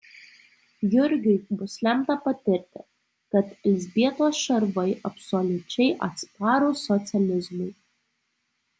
jurgiui bus lemta patirti kad elzbietos šarvai absoliučiai atsparūs socializmui